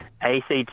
ACT